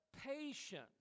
patience